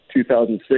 2006